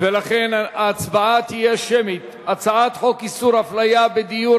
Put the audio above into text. ולכן ההצבעה תהיה שמית על הצעת חוק איסור הפליה בדיור,